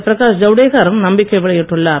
பிரகாஷ் ஜவுடேகர் நம்பிக்கை வெளியிட்டுள்ளார்